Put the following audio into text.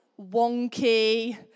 wonky